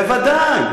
בוודאי.